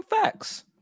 facts